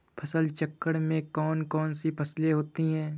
फसल चक्रण में कौन कौन सी फसलें होती हैं?